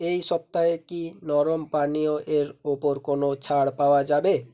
এই সপ্তাহে কি নরম পানীয় এর ওপর কোনও ছাড় পাওয়া যাবে